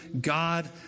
God